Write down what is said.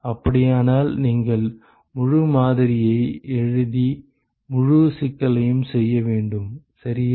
அப்படியானால் நீங்கள் முழு மாதிரியை எழுதி முழு சிக்கலையும் செய்ய வேண்டும் சரியா